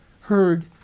heard